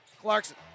Clarkson